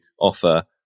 offer